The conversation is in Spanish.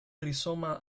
rizoma